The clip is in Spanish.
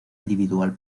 individual